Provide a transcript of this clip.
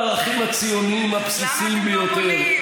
הערכים הציוניים הבסיסיים ביותר,